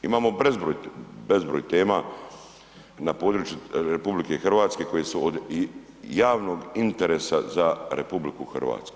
Imamo bezbroj tema na poručuju RH koje su od javnog interesa za RH.